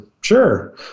sure